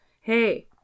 hey